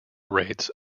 rates